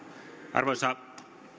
arvoisa